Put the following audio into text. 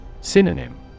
Synonym